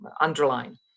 underline